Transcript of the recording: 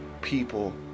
people